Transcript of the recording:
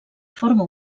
forma